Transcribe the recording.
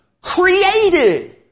created